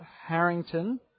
Harrington